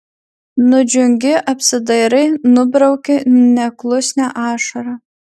nudžiungi apsidairai nubrauki neklusnią ašarą